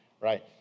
right